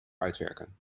uitwerken